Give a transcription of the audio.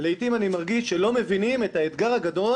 לעתים אני מרגיש שלא מבינים את האתגר הגדול